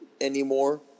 anymore